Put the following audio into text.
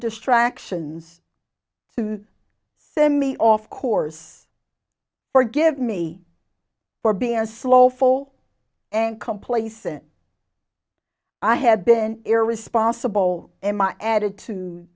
distractions to send me off course forgive me for being a slow fall and complacent i have been irresponsible in my attitude